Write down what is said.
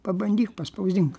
pabandyk paspausdink